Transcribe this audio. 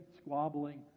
squabbling